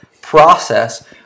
process